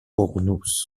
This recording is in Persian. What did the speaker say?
ققنوس